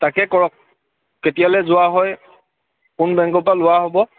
তাকে কৰক কেতিয়ালৈ যোৱা হয় কোন বেংকৰপৰা লোৱা হ'ব